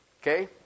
Okay